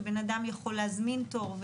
שבן אדם יכול להזמין תור,